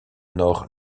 nog